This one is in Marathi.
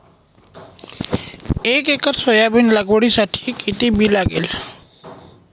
एक एकर सोयाबीन लागवडीसाठी किती बी लागेल?